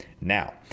Now